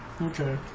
Okay